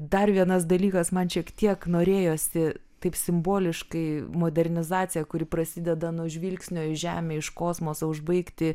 dar vienas dalykas man šiek tiek norėjosi taip simboliškai modernizaciją kuri prasideda nuo žvilgsnio į žemę iš kosmoso užbaigti